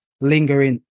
lingering